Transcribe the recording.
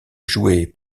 jouer